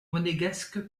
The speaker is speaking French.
monégasque